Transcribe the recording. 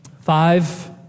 five